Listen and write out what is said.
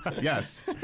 yes